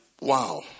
Wow